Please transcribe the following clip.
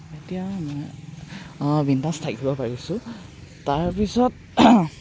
এতিয়া মই বিন্দাছ থাকিব পাৰিছোঁ তাৰপিছত